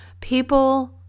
people